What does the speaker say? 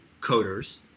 coders